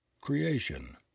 creation